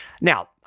Now